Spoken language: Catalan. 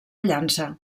llança